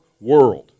world